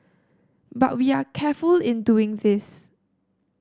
but we are careful in doing this